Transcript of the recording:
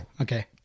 okay